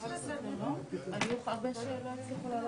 ננעלה בשעה